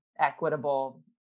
equitable